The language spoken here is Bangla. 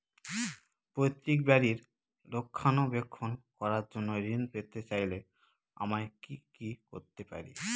পৈত্রিক বাড়ির রক্ষণাবেক্ষণ করার জন্য ঋণ পেতে চাইলে আমায় কি কী করতে পারি?